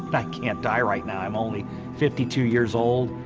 but i can't die right now. i'm only fifty two years old.